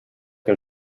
que